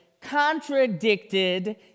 contradicted